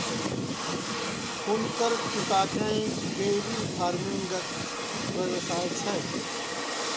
हुनकर पिताकेँ डेयरी फार्मिंगक व्यवसाय छै